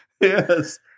Yes